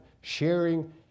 sharing